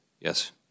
Yes